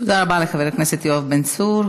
תודה רבה לחבר הכנסת יואב בן צור.